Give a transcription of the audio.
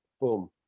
Boom